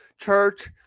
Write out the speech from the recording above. church